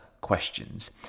questions